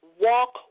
walk